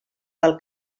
del